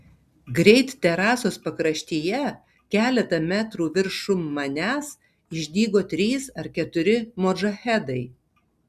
greit terasos pakraštyje keletą metrų viršum manęs išdygo trys ar keturi modžahedai